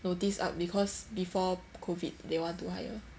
notice up because before COVID they want to hire